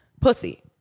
pussy